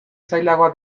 zailagoa